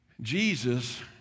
Jesus